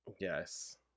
Yes